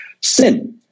Sin